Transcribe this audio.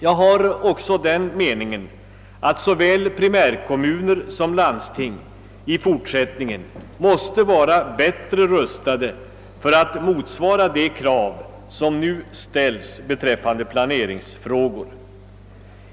Jag har också den meningen att såväl primärkommuner som landsting i fortsättningen måste vara bättre rustade för att motsvara de krav som nu ställs när det gäller planeringsfrågor.